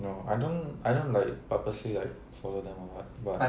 no I don't I don't like purposely like follow them or what but